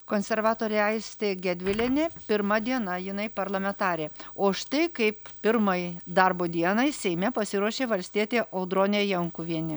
konservatorė aistė gedvilienė pirma diena jinai parlamentarė o štai kaip pirmai darbo dienai seime pasiruošė valstietė audronė jankuvienė